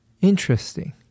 Interesting